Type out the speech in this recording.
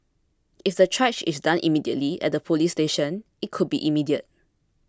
if the triage is done immediately at the police station it could be immediate